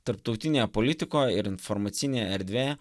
tarptautinėje politikoje ir informacinėje erdvėje